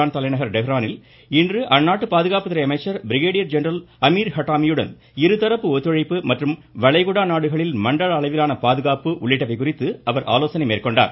Iran தலைநகர் டெஹரானில் இன்று அந்நாட்டு பாதுகாப்பு அமைச்சர் பிரிகேடியர் ஜெனரல் அமீர் ஹட்டாமியுடன் இருதரப்பு ஒத்துழைப்பு மற்றும் வளைகுடா நாடுகளில் மண்டல அளவிலான பாதுகாப்பு குறித்து ஆலோனை மேற்கொண்டார்